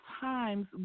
times